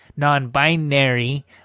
non-binary